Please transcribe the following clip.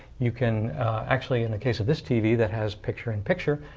you can actually, in the case of this tv that has picture-in-picture,